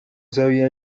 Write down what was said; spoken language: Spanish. sabía